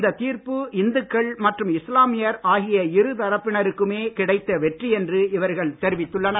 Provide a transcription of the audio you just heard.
இந்த தீர்ப்பு இந்துக்கள் மற்றும் இஸ்லாமியர் ஆகிய இருதரப்பினருக்குமே கிடைத்த வெற்றி என்று இவர்கள் தெரிவித்துள்ளனர்